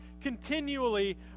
continually